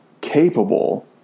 capable